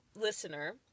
listener